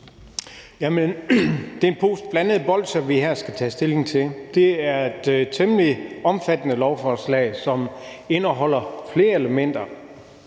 Det er en pose blandede bolsjer, vi her skal tage stilling til. Det er et temmelig omfattende lovforslag, som indeholder flere